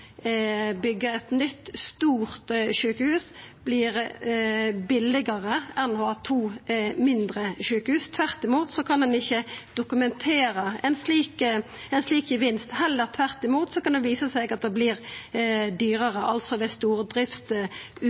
eit nytt stort sjukehus vert billigare enn å ha to mindre sjukehus. Ein kan ikkje dokumentera ein slik gevinst, tvert imot kan det heller visa seg at det vert dyrare, altså ei stordriftsulempe. Dette hadde vi ein grundig gjennomgang av ved